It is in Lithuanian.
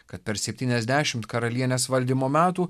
kad per septyniasdešimt karalienės valdymo metų